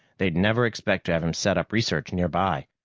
they'd never expect to have him set up research nearby.